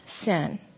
sin